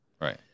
Right